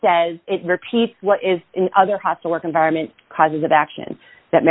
says what is in other hostile work environment causes of action that